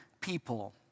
people